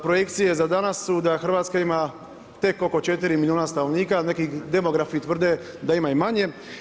Projekcije za danas su da Hrvatska ima tek oko četiri milijuna stanovnika, neki demografi tvrde da ima i manje.